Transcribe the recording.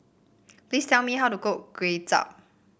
please tell me how to cook Kuay Chap